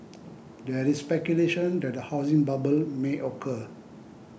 there is speculation that a housing bubble may occur